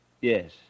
Yes